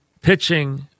pitching